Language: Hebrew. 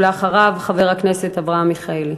ואחריו, חבר הכנסת אברהם מיכאלי.